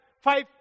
five